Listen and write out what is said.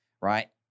right